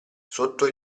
sotto